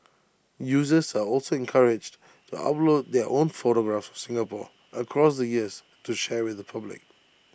users are also encouraged to upload their own photographs of Singapore across the years to share with the public